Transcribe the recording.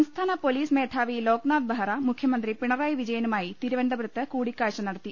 സംസ്ഥാന പൊലീസ് മേധാവി ലോക്നാഥ് ബെഹ്റ മുഖ്യ മന്ത്രി പിണറായി വിജയ നു മായി തിരുവനന്തപുരത്ത് കൂടിക്കാഴ്ച നടത്തി